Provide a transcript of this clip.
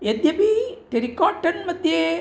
यद्यपि टेरिकाटन्मध्ये